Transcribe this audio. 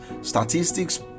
statistics